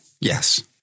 Yes